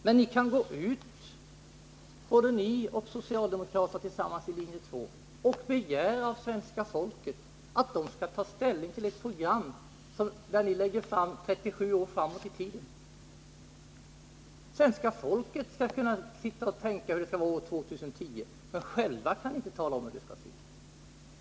Men ni kan gå ut, ni och socialdemokraterna tillsammans i linje 2, och begära av svenska folket att man skall ta ställning till ett program som ni lägger fast 37 år framåt i tiden! Svenska folket skall kunna sitta och tänka hur det skall gå år 2010, men själva kan ni inte tala om hur det skall se ut.